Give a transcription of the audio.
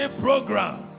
program